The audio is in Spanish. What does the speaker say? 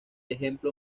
ejemplo